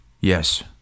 yes